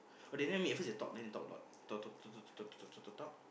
oh they never meet at first they talk then they talk a lot talk talk talk talk talk talk talk talk